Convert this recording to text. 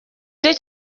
cyo